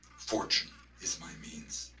fortune is my means.